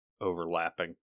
overlapping